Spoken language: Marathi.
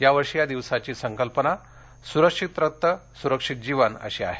यावर्षी या दिवसाची संकल्पना सुरक्षित रक्त सुरक्षित जीवन अशी आहे